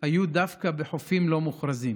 היו דווקא בחופים לא מוכרזים.